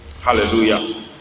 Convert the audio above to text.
Hallelujah